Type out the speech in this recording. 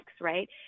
right